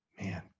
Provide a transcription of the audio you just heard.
Man